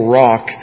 rock